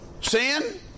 sin